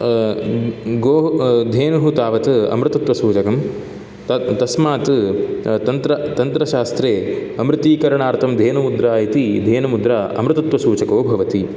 गोः धेनुः तावत् अमृतत्वसूचकं तत् तस्मात् तन्त्रशास्त्रे अमृतीकरणार्थं धेनुमुद्रा इति धेनुमुद्रा अमृतसूचको भवति